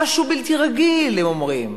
משהו בלתי רגיל, הם אומרים.